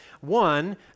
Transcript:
One